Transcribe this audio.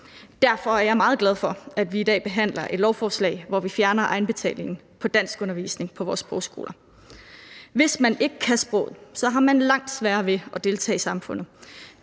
Derfor er jeg meget glad for, at vi i dag behandler et lovforslag, hvor vi fjerner egenbetalingen på danskundervisning på vores sprogskoler. Hvis man ikke kan sproget, har man langt sværere ved at deltage i samfundet.